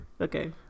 Okay